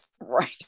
right